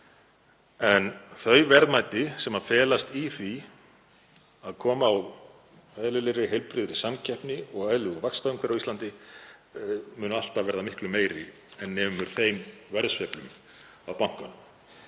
En þau verðmæti sem felast í því að koma á eðlilegri, heilbrigðri samkeppni og eðlilegu vaxtaumhverfi á Íslandi munu alltaf verða miklu meiri en nemur þeim verðsveiflum á bankanum.